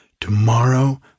Tomorrow